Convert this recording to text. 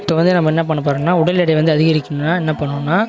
இப்போ வந்து நம்ம என்ன பண்ண போகிறோம்னா உடல் எடை வந்து அதிகரிக்கணும்ன்னா என்ன பண்ணணும்ன்னா